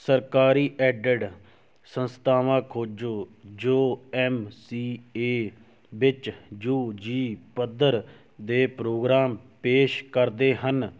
ਸਰਕਾਰੀ ਏਡਡ ਸੰਸਥਾਵਾਂ ਖੋਜੋ ਜੋ ਐੱਮ ਸੀ ਏ ਵਿੱਚ ਯੂ ਜੀ ਪੱਧਰ ਦੇ ਪ੍ਰੋਗਰਾਮ ਪੇਸ਼ ਕਰਦੇ ਹਨ